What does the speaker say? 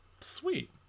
sweet